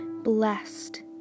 Blessed